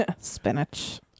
Spinach